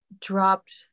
dropped